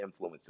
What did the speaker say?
influencers